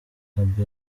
gaby